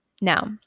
Now